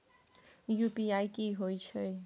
UPI की होय छै?